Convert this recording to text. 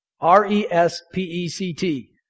R-E-S-P-E-C-T